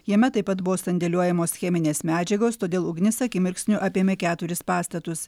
jame taip pat buvo sandėliuojamos cheminės medžiagos todėl ugnis akimirksniu apėmė keturis pastatus